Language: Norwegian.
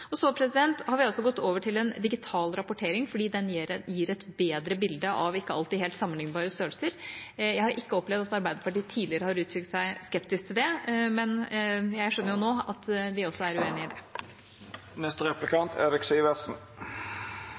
gir et bedre bilde av ikke alltid helt sammenliknbare størrelser. Jeg har ikke opplevd at Arbeiderpartiet tidligere har uttrykt seg skeptisk til det, men jeg skjønner nå at de også er uenig. La meg starte med å si at jeg deler utenriksministerens syn på utviklingen mellom Stortinget og regjeringen i